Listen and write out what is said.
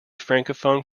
francophone